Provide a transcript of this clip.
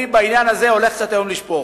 בעניין הזה אני הולך היום לשפוך.